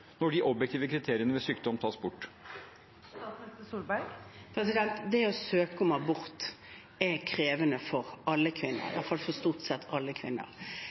de objektive kriteriene ved sykdom tas bort. Det å søke om abort er krevende for alle kvinner, i hvert fall for stort sett alle kvinner.